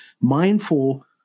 mindful